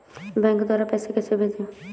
Bank द्वारा पैसे कैसे भेजें?